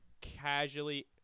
casually